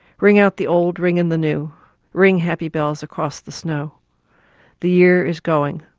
ring out the old, ring in the new ring happy bells, across the snow the year is going,